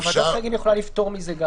אפשר לפטור מזה.